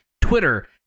Twitter